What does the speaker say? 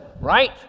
right